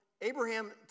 Abraham